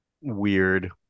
Weird